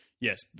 Yes